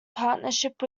partnership